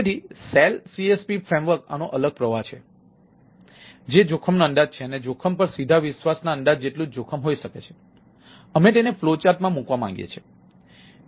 તેથી SelCSP framework આનો અલગ પ્રવાહ છે છે જે જોખમનો અંદાજ છે અને જોખમ પર સીધા વિશ્વાસના અંદાજ જેટલું જ જોખમ હોઈ શકે છે અમે તેને ફ્લોચાર્ટમાં મૂકવા માંગીએ છીએ